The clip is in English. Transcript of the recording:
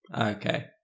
Okay